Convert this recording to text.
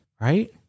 right